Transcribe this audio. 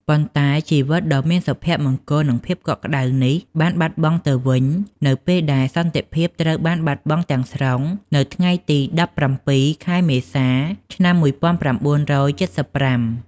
ប៉ុន្តែជីវិតដ៏មានសុភមង្គល និងភាពកក់ក្ដៅនេះបានបាត់បង់ទៅវិញ នៅពេលដែលសន្តិភាពត្រូវបានបាត់បង់ទាំងស្រុងនៅថ្ងៃទី ១៧ ខែមេសា ឆ្នាំ ១៩៧៥។